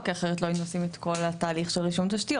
כי אחרת לא היינו עושים את כל התהליך של רישום תשתיות.